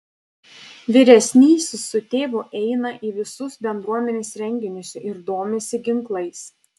vyresnysis su tėvu eina į visus bendruomenės renginius ir domisi ginklais